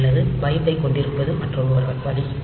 அல்லது பைட் ஐக் கொண்டிருப்பது மற்றொரு வழி